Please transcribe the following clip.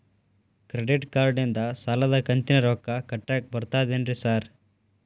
Credit ಕಾರ್ಡನಿಂದ ಸಾಲದ ಕಂತಿನ ರೊಕ್ಕಾ ಕಟ್ಟಾಕ್ ಬರ್ತಾದೇನ್ರಿ ಸಾರ್?